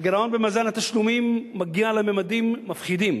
הגירעון במאזן התשלומים מגיע לממדים מפחידים.